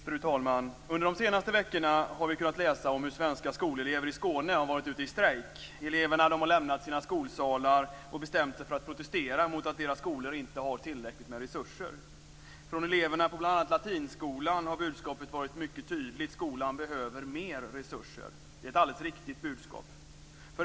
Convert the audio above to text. Fru talman! Under de senaste veckorna har vi kunnat läsa om hur svenska skolelever i Skåne varit ute i strejk. Eleverna har lämnat sina skolsalar och bestämt sig för att protestera mot att deras skolor inte har tillräckligt med resurser. Från eleverna på bl.a. Latinskolan har budskapet varit mycket tydligt: Skolan behöver mer resurser. Det är ett alldeles riktigt budskap.